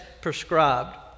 prescribed